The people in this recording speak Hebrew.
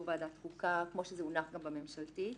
ועדת חוקה כמו שזה הונח גם בהצעת החוק הממשלתית.